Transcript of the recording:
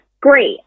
great